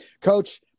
coach